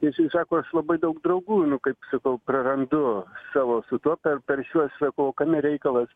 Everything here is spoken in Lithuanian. jisai sako aš labai daug draugų nu kaip sakau prarandu savo su tuo per per šiuos sakau kame reikalas